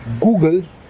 google